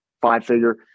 five-figure